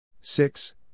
six